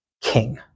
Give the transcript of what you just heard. king